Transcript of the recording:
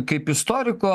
kaip istoriko